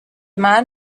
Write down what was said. man